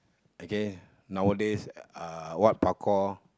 okay nowadays uh what parkour